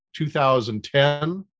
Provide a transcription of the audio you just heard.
2010